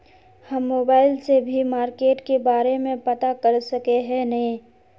हम मोबाईल से भी मार्केट के बारे में पता कर सके है नय?